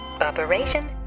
Operation